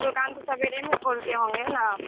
दुक़ान तो सवेरे में खोलती होंगी ना आप